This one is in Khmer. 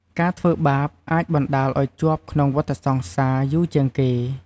ការធ្វើបាបអាចបណ្តាលឲ្យជាប់ក្នុងវដ្តសង្សារ យូរជាងគេ។